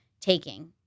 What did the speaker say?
taking